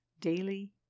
Daily